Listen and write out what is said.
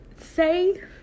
say